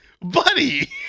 Buddy